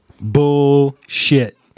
bullshit